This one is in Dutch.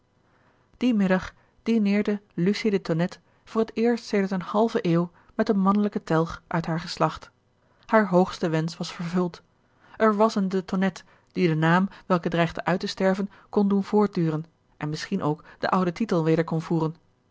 dien middag dineerde lucie de tonnette voor het eerst sedert eene halve eeuw met een mannelijken telg uit haar geslacht haar hoogste wensch was vervuld er was een de tonnette die den naam welke dreigde uit te sterven kon doen voortduren en misschien ook den ouden titel weder kon voeren